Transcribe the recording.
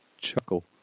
chuckle